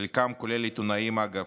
חלקם, כולל עיתונאים, אגב,